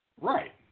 Right